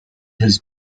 his